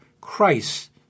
Christ